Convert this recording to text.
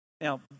Now